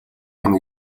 байна